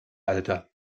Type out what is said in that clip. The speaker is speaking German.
alter